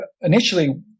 initially